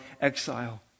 exile